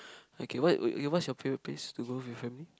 okay what eh what is your favourite place to go with your family